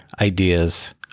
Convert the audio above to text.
ideas